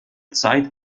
zeit